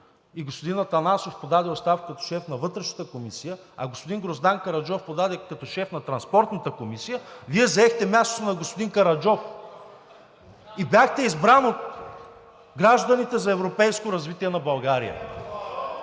и господин Атанасов подаде оставка като шеф на Вътрешната комисия, а господин Гроздан Караджов подаде като шеф на Транспортната комисия, Вие заехте мястото на господин Караджов и бяхте избран от „Гражданите за европейско развитие на България“.